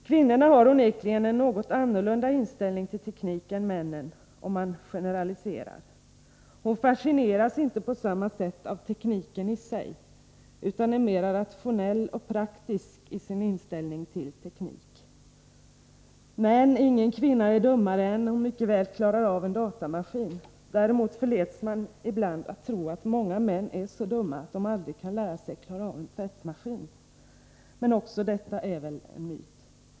Kvinnorna har onekligen en något annorlunda inställning till teknik än männen — om man generaliserar. Kvinnan fascineras inte på samma sätt av tekniken i sig utan är mera rationell och praktisk i sin inställning till teknik. Men ingen kvinna är dummare än att hon mycket väl klarar av en datamaskin. Däremot förleds man ibland att tro att många män är så dumma att de aldrig kan lära sig klara av en tvättmaskin — men också detta är väl en myt.